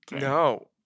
No